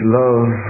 love